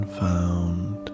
found